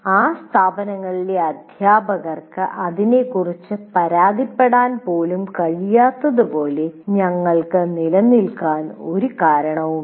ആ സ്ഥാപനങ്ങളിലെ അധ്യാപകർക്ക് അതിനെക്കുറിച്ച് പരാതിപ്പെടാൻ പോലും കഴിയാത്തതുപോലെ ഞങ്ങൾക്ക് നിലനിൽക്കാൻ ഒരു കാരണവുമില്ല